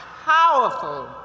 powerful